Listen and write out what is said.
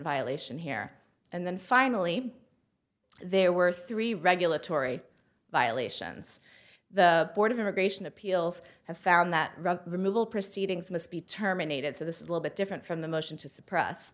violation here and then finally there were three regulatory violations the board of immigration appeals have found that rug removal proceedings must be terminated so this is little bit different from the motion to suppress